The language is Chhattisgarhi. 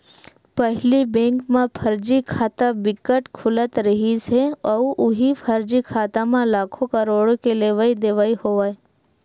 पहिली बेंक म फरजी खाता बिकट के खुलत रिहिस हे अउ उहीं फरजी खाता म लाखो, करोड़ो के लेवई देवई होवय